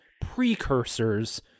precursors